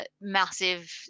massive